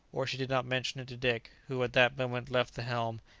for she did not mention it to dick, who, at that moment, left the helm,